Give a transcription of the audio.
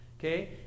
Okay